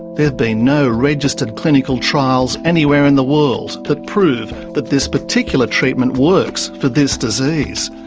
there've been no registered clinical trials anywhere in the world that prove that this particular treatment works for this disease.